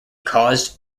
caused